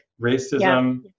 racism